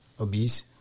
obese